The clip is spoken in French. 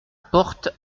porte